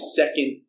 second